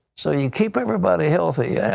so you keep everybody healthy. yeah